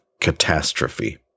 catastrophe